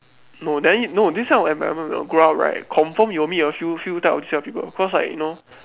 no then no this kind of environment when you grow up right confirm you will meet a few few of these type of people cause like you know